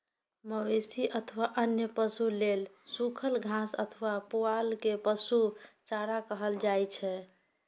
मवेशी अथवा अन्य पशु लेल सूखल घास अथवा पुआर कें पशु चारा कहल जाइ छै